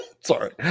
Sorry